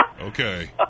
Okay